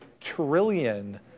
trillion